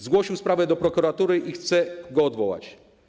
Zgłosił sprawę do prokuratury i chce go odwołać.